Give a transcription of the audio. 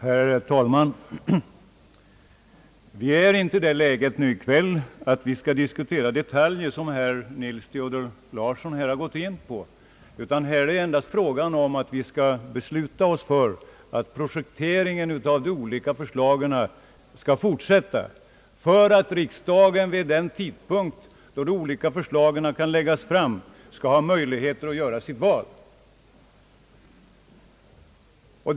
Herr talman! Vi befinner oss i kväll inte i det läget att vi skall diskutera detaljer, vilket herr Nils Theodor Larsson gjorde, utan här är det endast fråga om att besluta att projekteringen av de olika förslagen skall fortsätta för att riksdagen, vid den tidpunkt då de olika förslagen kan läggas fram, skall ha möjlighet att göra sitt val.